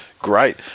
Great